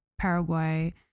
Paraguay